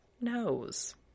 knows